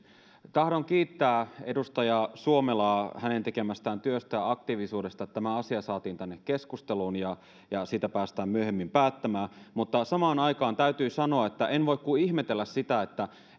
tahdon kiittää edustaja suomelaa hänen tekemästään työstä ja aktiivisuudesta että tämä asia saatiin tänne keskusteluun ja ja siitä päästään myöhemmin päättämään mutta samaan aikaan täytyy sanoa että en voi kuin ihmetellä sitä että